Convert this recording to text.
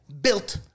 Built